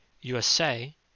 USA